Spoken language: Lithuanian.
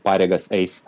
pareigas eis